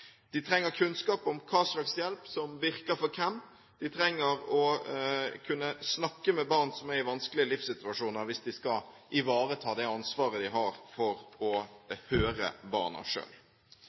De trenger kunnskap om hva slags hjelp som virker for hvem. De trenger å kunne snakke med barn som er i vanskelige livssituasjoner, hvis de skal ivareta det ansvaret de har for å høre barna